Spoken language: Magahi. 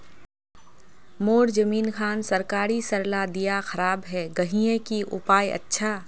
मोर जमीन खान सरकारी सरला दीया खराब है गहिये की उपाय अच्छा?